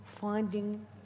finding